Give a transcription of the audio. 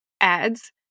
ads